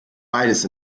beides